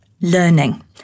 learning